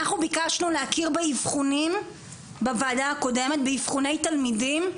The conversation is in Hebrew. אנחנו ביקשנו להכיר באבחונים בוועדה הקודמת באבחוני תלמידים,